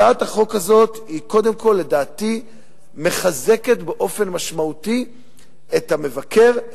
הצעת החוק הזאת קודם כול מחזקת באופן משמעותי את המבקר,